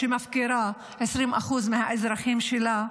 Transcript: שמפקירה 20% מהאזרחים שלה,